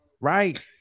Right